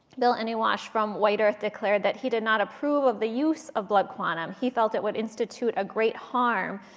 bill anywaush from white earth declared that he did not approve of the use of blood quantum. he felt it would institute a great harm,